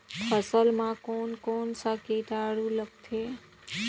फसल मा कोन कोन सा कीटाणु लगथे?